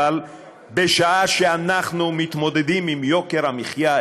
אבל בשעה שאנחנו מתמודדים עם יוקר המחיה,